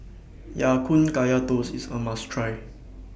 Ya Kun Kaya Toast IS A must Try